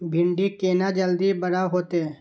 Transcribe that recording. भिंडी केना जल्दी बड़ा होते?